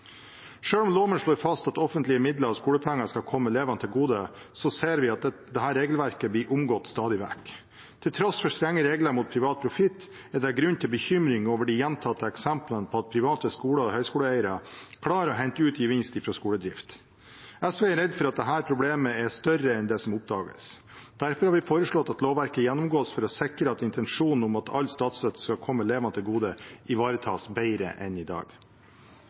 om loven slår fast at offentlige midler og skolepenger skal komme elevene til gode, ser vi at dette regelverket blir omgått stadig vekk. Til tross for strenge regler mot privat profitt, er det grunn til bekymring over de gjentatte eksemplene på at private skoler og høyskoleeiere klarer å hente ut gevinst fra skoledrift. SV er redd for at dette problemet er større enn det som oppdages. Derfor har vi foreslått at lovverket gjennomgås for å sikre at intensjonen om at all statsstøtte skal komme elevene til gode, ivaretas bedre enn i dag.